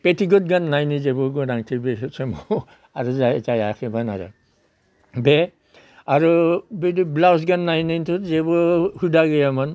petticoat गाननायनि जेबो गोनांथि बैसोर समाव आरो जायाखैमोन आरो बे आरो बिदि ब्लाउस गाननायनिथ' जेबो हुदा गैयामोन